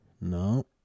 No